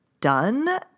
done